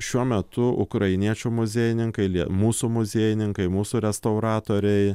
šiuo metu ukrainiečių muziejininkai lie mūsų muziejininkai mūsų restauratoriai